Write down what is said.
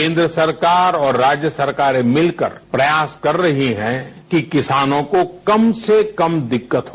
केन्द्र सरकार और राज्य सरकारें मिलकर प्रयास कर रही हैं कि किसानों को कम से कम दिक्कत हो